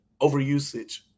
overusage